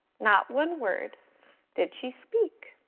not one word did she speak.